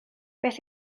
beth